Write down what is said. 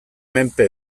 menpe